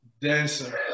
Dancer